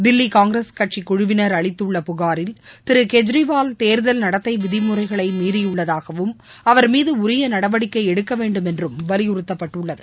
தில்லிகாங்கிரஸ் கட்சிகுழுவினர் அளித்துள்ள புகாரில் திரு கெஜ்ரிவால் தேர்தல் நடத்தைவிதிமுறைகளைமீறியுள்ளதாகவும் மீதுஉரியநடவடிக்கைஎடுக்கவேண்டும் என்றுவலியுறுத்தப்பட்டுள்ளது